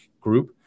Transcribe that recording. group